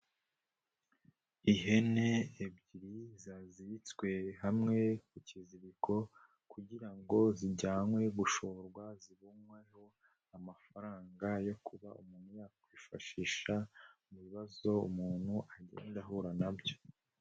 Ihene ebyiri zaziritswe hamwe ku kiziriko, kugira ngo zijyanwe gushorwa zibonweho amafaranga yo kuba umuntu yakwifashisha mu bibazo, umuntu agenda ahura na byo.